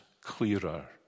clearer